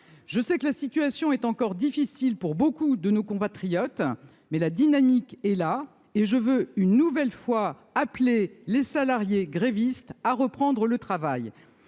je sais que la situation est encore difficile pour beaucoup de nos compatriotes, mais la dynamique est là et je veux une nouvelle fois appelé les salariés grévistes à reprendre le travail,